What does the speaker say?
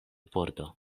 pordo